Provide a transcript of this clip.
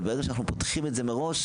אבל ברגע שאנחנו פותחים את זה מראש,